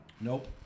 Nope